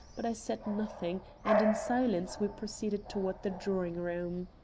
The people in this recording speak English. but i said nothing and in silence we proceeded toward the drawing-room.